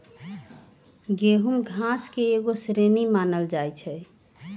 गेहूम घास के एगो श्रेणी मानल जाइ छै